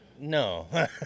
No